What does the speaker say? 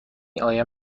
آیم